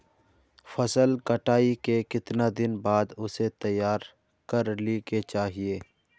फसल कटाई के कीतना दिन बाद उसे तैयार कर ली के चाहिए?